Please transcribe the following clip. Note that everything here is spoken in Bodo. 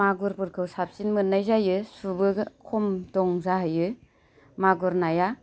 मागुरफोरखौ साबसिन मोन्नाय जायो सुबो खम दं जाहैयो मागुर नाया